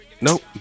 Nope